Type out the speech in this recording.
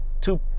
two